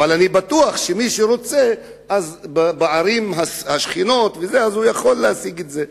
אבל אני בטוח שמי שרוצה בערים השכנות יכול להשיג את זה,